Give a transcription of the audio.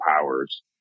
powers